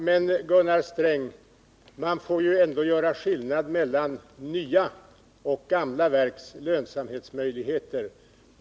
Herr talman! Ja, men man får ju ändå, Gunnar Sträng, göra skillnad mellan nya och gamla verks lönsamhetsmöjligheter.